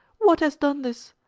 what has done this?